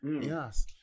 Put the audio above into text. Yes